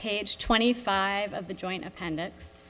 page twenty five of the joint appendix